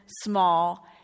small